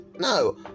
No